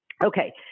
Okay